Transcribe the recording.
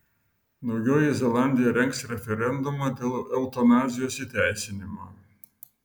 naujoji zelandija rengs referendumą dėl eutanazijos įteisinimo